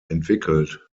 entwickelt